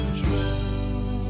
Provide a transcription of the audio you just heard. true